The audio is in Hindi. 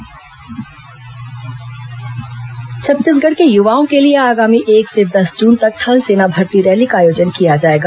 थल सेना भर्ती रैली छत्तीसगढ़ के युवाओं के लिए आगामी एक से दस जून तक थल सेना भर्ती रैली का आयोजन किया जाएगा